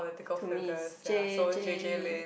to me J J Lin